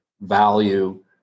value